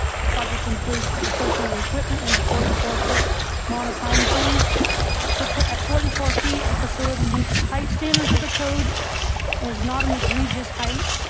the project includes associated equipment in a forty four foot monopine tree at prep at forty four feet. the facility meets the height standards of the code and is not an egregious height.